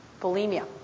bulimia